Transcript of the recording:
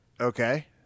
Okay